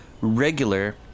regular